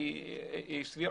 היא סבירה.